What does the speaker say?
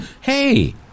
Hey